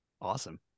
awesome